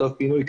צו פינוי,